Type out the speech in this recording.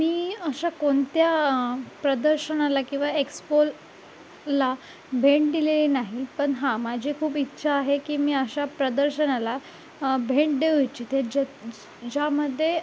मी अशा कोणत्या प्रदर्शनाला किंवा एक्स्पोला भेट दिलेले नाही पण हां माझी खूप इच्छा आहे की मी अशा प्रदर्शनाला भेट देऊ इच्छिते जे ज ज्यामध्ये